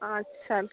আচ্ছা